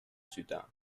soudan